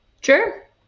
Sure